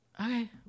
okay